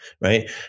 right